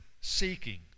seeking